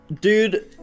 Dude